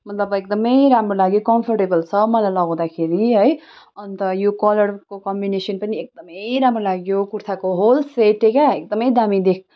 मतलब एकदमै राम्रो लाग्यो कम्फोर्टेबल छ मलाई लगाउँदाखेरि है अन्त यो कलरको कम्बिनेसन पनि एकदमै राम्रो लाग्यो कुर्ताको होल सेटै क्या एकदमै दामी देखियो